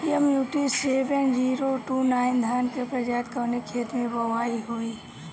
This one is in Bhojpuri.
MUT seven zero two nine धान के प्रजाति कवने खेत मै बोआई होई?